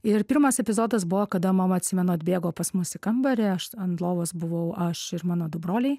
ir pirmas epizodas buvo kada mama atsimenu atbėgo pas mus į kambarį aš ant lovos buvau aš ir mano du broliai